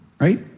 right